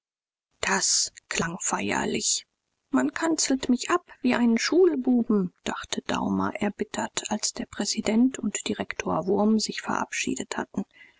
das klang feierlich man kanzelt mich ab wie einen schulbuben dachte daumer erbittert als der präsident und direktor wurm sich verabschiedet hatten